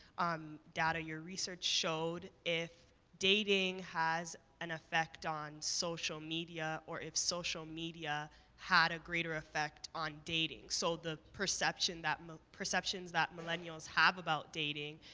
um, data, your research showed if dating has an affect on social media, or if social media had a greater affect on dating. so the perception that m perceptions that millennials have about dating,